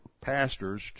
pastors